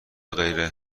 غیره